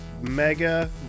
mega